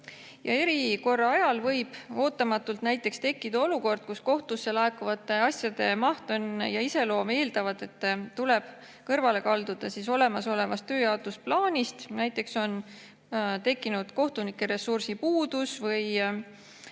Erikorra ajal võib ootamatult tekkida olukord, kus kohtusse laekuvate asjade maht ja iseloom eeldavad, et tuleb kõrvale kalduda olemasolevast tööjaotusplaanist, näiteks on tekkinud kohtunike puudus või